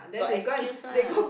got excuse lah